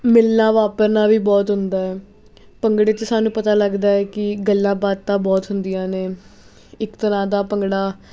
ਮਿਲਣਾ ਵਾਪਰਨਾ ਵੀ ਬਹੁਤ ਹੁੰਦਾ ਭੰਗੜੇ 'ਚ ਸਾਨੂੰ ਪਤਾ ਲੱਗਦਾ ਹੈ ਕਿ ਗੱਲਾਂ ਬਾਤਾਂ ਬਹੁਤ ਹੁੰਦੀਆਂ ਨੇ ਇੱਕ ਤਰ੍ਹਾਂ ਦਾ ਭੰਗੜਾ